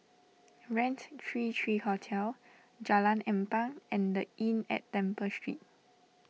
Raintr three three Hotel Jalan Ampang and the Inn at Temple Street